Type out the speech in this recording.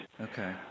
Okay